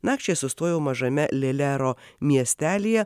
nakčiai sustojau mažame lilero miestelyje